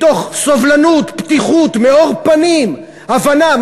מתוך סובלנות, פתיחות, מאור פנים, הבנה.